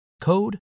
code